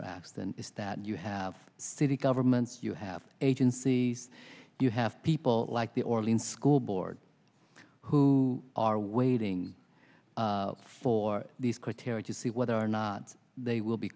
x then is that you have city governments you have agencies you have people like the orleans school board who are waiting for these criteria to see whether or not they will be